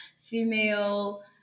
female